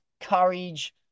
courage